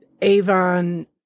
avon